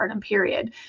period